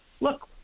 look